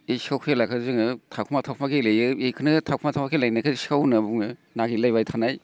बे सिखाव खेलाखो जोङो थाखोमा थाखोमा गेलेयो इखोनो थाखोमा थाखोमा गेलेनायखोनो सिखाव होनना बुङो नागिरलायबाय